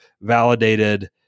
validated